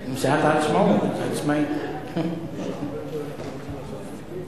מסיעת העצמאות, אז זה עצמאי.